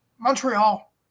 Montreal